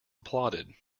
applauded